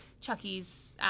Chucky's